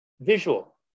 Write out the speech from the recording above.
visual